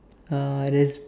uh there's